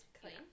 clean